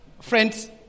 Friends